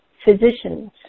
Physicians